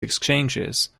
exchanges